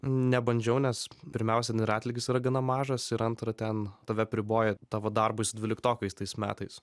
nebandžiau nes pirmiausia ir atlygis yra gana mažas ir antra ten tave apriboja tavo darbui su dvyliktokais tais metais